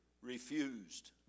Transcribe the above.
refused